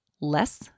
less